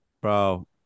Bro